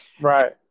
right